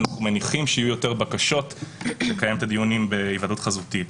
אנחנו מניחים שיהיו יותר בקשות לקיים את הדיונים בהיוועדות חזותית.